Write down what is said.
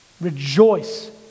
Rejoice